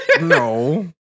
No